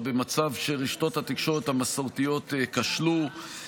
במצב שרשתות התקשורת המסורתיות כשלו.